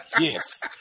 Yes